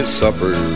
supper